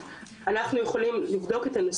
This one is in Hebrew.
ביחד עם האגף הקונסולרי ועם משרד החוץ,